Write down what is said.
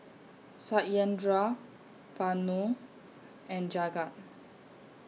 Satyendra Vanu and Jagat